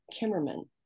kimmerman